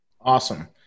Awesome